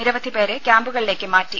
നിരവധി പേരെ ക്യാമ്പുകളിലേക്ക് മാറ്റി